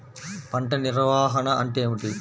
పంట నిర్వాహణ అంటే ఏమిటి?